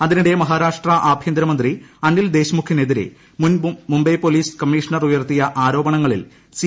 അതിനിടെ മഹ്റാർാഷ്ട്ര ആഭ്യന്തരമന്ത്രി അനിൽ ദേശ്മുഖിനെതിരെ മുൻ ്മുംബ്ബെ പോലീസ് കമ്മീഷണർ ഉയർത്തിയ ആരോപണങ്ങളിൽ സീ